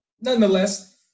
nonetheless